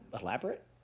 elaborate